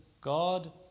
God